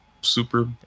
super